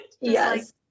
Yes